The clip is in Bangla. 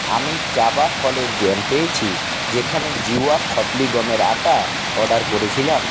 আমি চাবা ফলের জ্যাম পেয়েছি যেখানে জিওয়া খপলি গমের আটা অর্ডার করেছিলাম